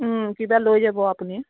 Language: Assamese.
কিবা লৈ যাব আপুনি